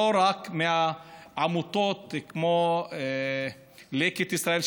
לא רק מהעמותות כמו לקט ישראל,